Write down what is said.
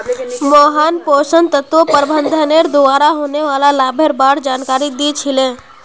मोहन पोषण तत्व प्रबंधनेर द्वारा होने वाला लाभेर बार जानकारी दी छि ले